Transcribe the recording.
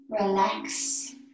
relax